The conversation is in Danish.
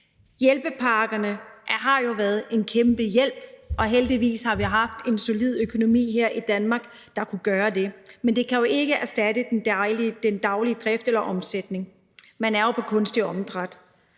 Hjælpepakkerne har jo været en kæmpe hjælp, og heldigvis har vi haft en solid økonomi her i Danmark, der kunne gøre det, men det kan jo ikke erstatte den daglige drift eller omsætning. Man er jo på kunstigt åndedræt.